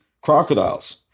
crocodiles